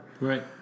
Right